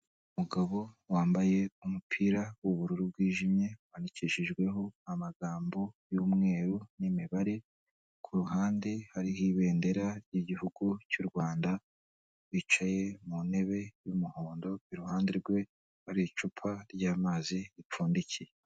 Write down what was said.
Umugabo wambaye umupira w'ubururu bwijimye wandikishijweho amagambo y'umweru n'imibare kuruhande hariho ibendera ry'igihugu cy'u rwanda bicaye mu ntebe y'umuhondo iruhande rwe hari icupa ry'amazi ripfundikiye.